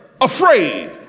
afraid